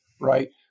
right